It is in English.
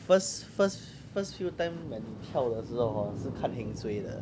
first first first few time when 你跳的时候 hor 是看 heng suay 的